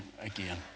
again